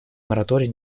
мораторий